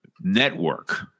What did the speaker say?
network